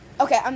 Okay